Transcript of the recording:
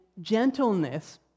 gentleness